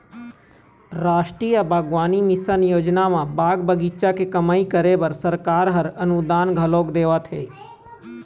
रास्टीय बागबानी मिसन योजना म बाग बगीचा के कमई करे बर सरकार ह अनुदान घलोक देवत हे